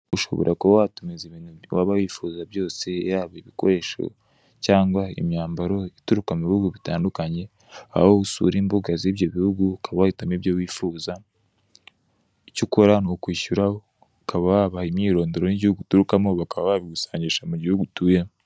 Ushobora kuba watumiza ibintu waba wifuza byose yaba ibikoresho cyangwa imyambaro ituruka mubihugu bitandukanye aho usura imbuga z'ibyo bihugu ukaba wahitamo ibyo wifuza, icyo ukora nukwishyura ukaba wabaha imyirondoro y'igihugu uturukamo bakaba babigusangisha mugihugu utuyemo.